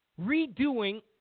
redoing